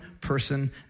person